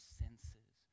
senses